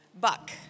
buck